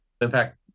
impact